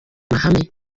mahame